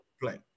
play